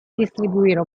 distribuire